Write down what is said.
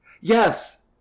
Yes